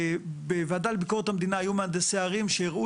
בוועדה לביקורת המדינה היו מהנדסי ערים שהראו